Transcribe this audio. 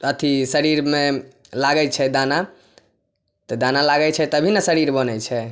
अथी शरीरमे लागै छै दाना तऽ दाना लागै छै तभी ने शरीर बनै छै